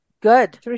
Good